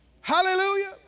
Hallelujah